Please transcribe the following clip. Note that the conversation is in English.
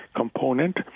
component